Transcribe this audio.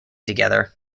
together